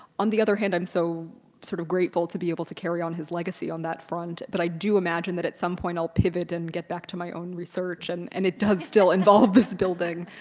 on the other hand, i'm so sort of grateful to be able to carry on his legacy at that front, but i do imagine that at some point, i'll pivot and get back to my own research and and it does still involve this building.